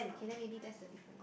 okay then maybe that's the difference